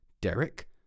derek